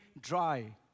dry